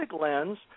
lens